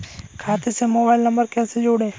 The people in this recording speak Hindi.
खाते से मोबाइल नंबर कैसे जोड़ें?